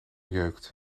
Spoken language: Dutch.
jeukt